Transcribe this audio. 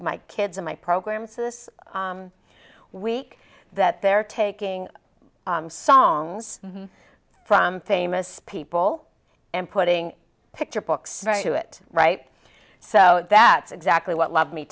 my kids on my program this week that they're taking songs from famous people and putting picture books to it right so that's exactly what love me